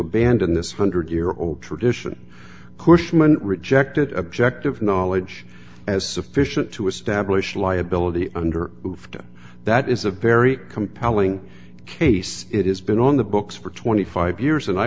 abandon this one hundred year old tradition cushman rejected objective knowledge as sufficient to establish liability under moved that is a very compelling case it has been on the books for twenty five years and i